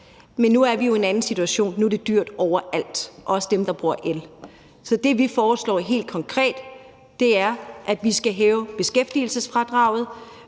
men nu er vi i en anden situation. Nu er det dyrt overalt, også for dem, der bruger el. Så det, vi foreslår helt konkret, er, at vi hæver beskæftigelsesfradraget.